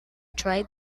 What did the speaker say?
tried